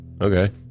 Okay